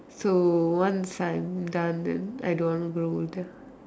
so one side done then I don't want to grow older